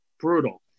Brutal